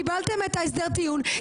קיבלתם את הסדר הטיעון,